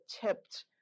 tipped